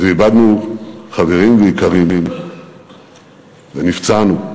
ואיבדנו חברים ויקרים, ונפצענו.